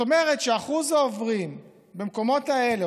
זאת אומרת שאחוז העוברים במקומות האלה,